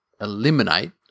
eliminate